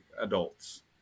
adults